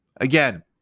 again